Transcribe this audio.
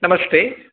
नमस्ते